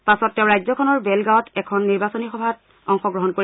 পাছত তেওঁ ৰাজ্যখনৰ বেলগাঁৱত এখন নিৰ্বাচনী সভাত অংশগ্ৰহণ কৰিব